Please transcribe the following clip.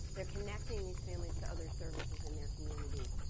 they're connecting these families to other services in their communities.